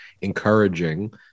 encouraging